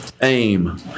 aim